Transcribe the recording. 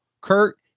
Kurt